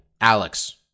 Alex